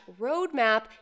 roadmap